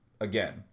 again